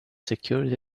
secured